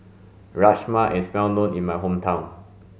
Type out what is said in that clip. rajma is well known in my hometown